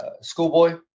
schoolboy